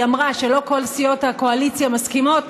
היא אמרה שלא כל סיעות הקואליציה מסכימות,